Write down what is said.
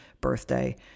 birthday